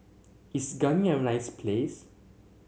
is Ghana a nice place